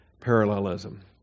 parallelism